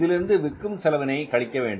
இதிலிருந்து விற்கும் செலவினை கழிக்கவேண்டும்